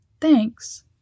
Thanks